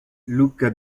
luca